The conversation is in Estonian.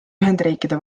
ühendriikide